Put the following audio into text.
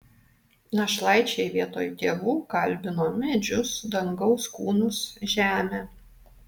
našlaičiai vietoj tėvų kalbino medžius dangaus kūnus žemę